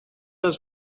has